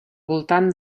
voltant